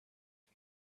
and